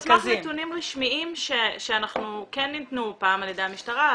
על סמך נתונים רשמיים שניתנו על ידי המשטרה,